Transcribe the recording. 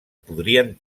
podrien